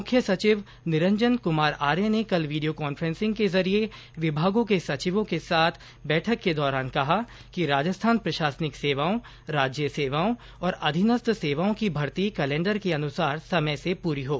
मुख्य सचिव निरंजन कुमार आर्य ने कल वीडियो कॉन्फ्रेंसिंग के जरिये विभागों के सचिवों के साथ बैठक के दौरान कहा कि राजस्थान प्रशासनिक सेवाओं राज्य सेवाओं और अधीनस्थ सेवाओं की भर्ती कैलेंडर के अनुसार समय से पूरी हों